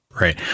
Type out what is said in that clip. Right